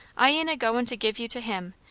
i ain't a goin' to give you to him,